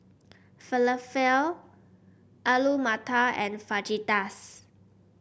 Falafel Alu Matar and Fajitas